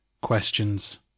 Questions